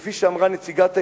כפי שאמרה נציגת העירייה,